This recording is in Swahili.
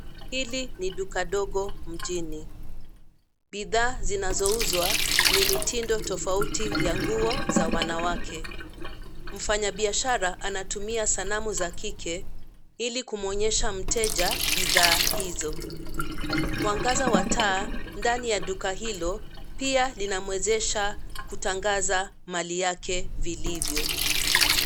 Hili ni duka ndogo mjini. Bidhaa zinazouzwa ni mitindo tofauti ya nguo za wanawake. Mfanyabiashara anatumia sanamu za kike, ili kumwonyesha mteja bidhaa hizo. Mwangaza wa taa ndani ya duka hilo, pia linamuezesha kutangaza mali yake vilivyo.